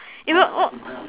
even oh